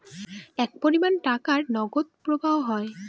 এক পরিমান টাকার নগদ প্রবাহ হয়